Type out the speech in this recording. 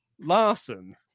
Larson